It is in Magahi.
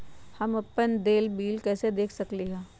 हम अपन देल बिल कैसे देख सकली ह?